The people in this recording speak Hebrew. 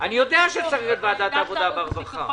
אני יודע שצריך את ועדת העבודה והרווחה.